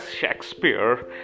Shakespeare